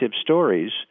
stories